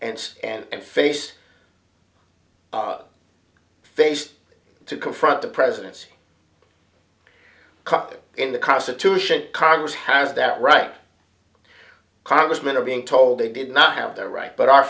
and and face of face to confront the presidents cup in the constitution congress has that right congressmen are being told they did not have the right but our